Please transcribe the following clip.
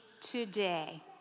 today